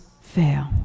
fail